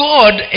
God